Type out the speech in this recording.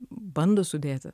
bando sudėti